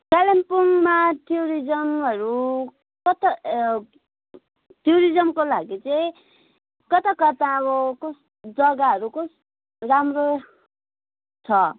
कालिम्पोङमा टुरिज्महरू कता टुरिजमको लागि चाहिँ कता कता अब जगाहरू कस्तो राम्रो छ